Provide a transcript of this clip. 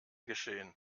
geschehen